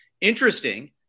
Interesting